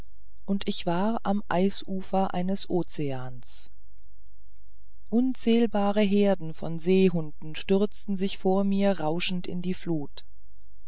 und ich war am eisufer eines ozeans unzählbare herden von seehunden stürzten sich vor mir rauschend in die flut